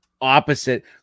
opposite